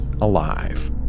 alive